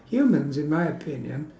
humans in my opinion